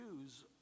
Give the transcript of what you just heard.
Jews